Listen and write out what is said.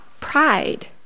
pride